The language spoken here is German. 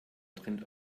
trennt